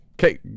Okay